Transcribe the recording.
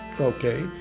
okay